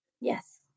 Yes